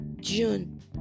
June